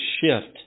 shift